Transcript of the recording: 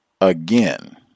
again